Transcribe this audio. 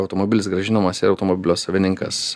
automobilis grąžinamas į automobilio savininkas